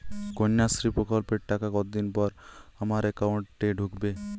কন্যাশ্রী প্রকল্পের টাকা কতদিন পর আমার অ্যাকাউন্ট এ ঢুকবে?